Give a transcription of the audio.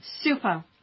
Super